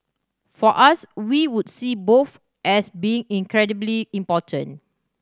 for us we would see both as being incredibly important